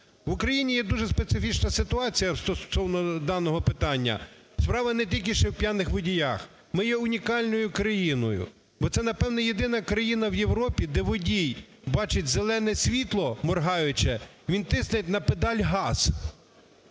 В Україні є дуже специфічна ситуація стосовно даного питання. Справа не тільки ще в п'яних водіях. Ми є унікальною країною. Бо це, напевно, єдина країна в Європі, де водій бачить зелене світло моргаюче – він тисне на педаль "газ".